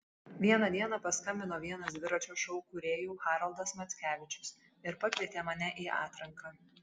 vieną dieną paskambino vienas dviračio šou kūrėjų haroldas mackevičius ir pakvietė mane į atranką